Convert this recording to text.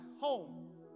home